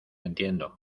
entiendo